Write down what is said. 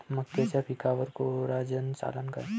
मक्याच्या पिकावर कोराजेन चालन का?